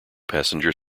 passenger